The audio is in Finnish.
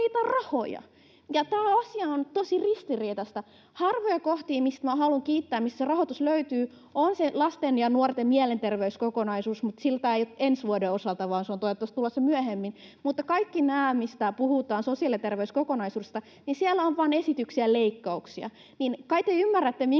Tämä asia on tosi ristiriitainen. Harvoja kohtia, mistä haluan kiittää, missä rahoitus löytyy, on se lasten ja nuorten mielenterveyskokonaisuus, mutta sitäkään ei ole ensi vuoden osalta vaan se on toivottavasti tulossa myöhemmin. Mutta kaikki nämä, missä puhutaan sosiaali- ja terveyskokonaisuudesta, on vain esityksiä leikkauksista.